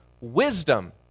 wisdom